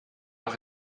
noch